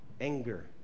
anger